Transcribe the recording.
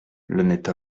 l’honnête